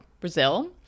Brazil